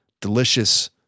delicious